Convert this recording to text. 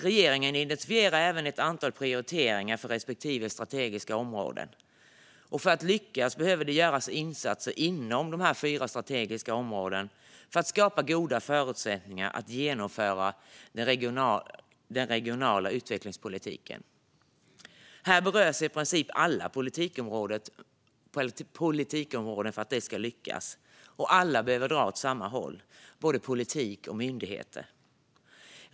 Regeringen identifierar även ett antal prioriteringar för respektive strategiskt område. För att lyckas behöver det göras insatser inom de fyra strategiska områdena så att goda förutsättningar skapas för att genomföra den regionala utvecklingspolitiken. Här berörs i princip alla politikområden som behövs för att det ska lyckas, och alla behöver dra åt samma håll, både politik och myndigheter.